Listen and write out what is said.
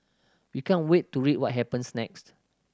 we can't wait to read what happens next